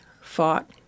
fought